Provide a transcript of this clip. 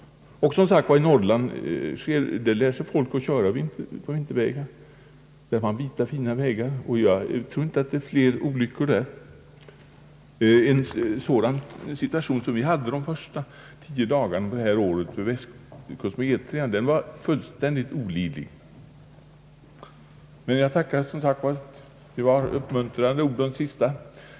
I Norrland har man rena vita vintervägar, och bilisterna lär sig köra på dem. Jag tror inte att det förekommer fler olyckor där. En sådan situation som vi hade på västkusten de första tio dagarna detta år var fullständigt olidlig. Jag tackar som sagt. De sista orden var uppmuntrande.